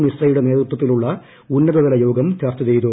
മിശ്രയുടെ നേതൃതൃത്ത്ലുള്ള ഉന്നതതല യോഗം ചർച്ച ചെയ്തു